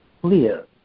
clear